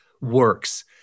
works